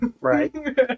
right